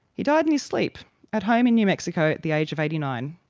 he died in his sleep at home in new mexico at the age of eighty nine,